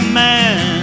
man